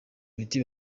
miti